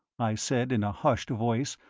i said, in a hushed voice,